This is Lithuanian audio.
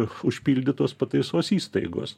užpildytos pataisos įstaigos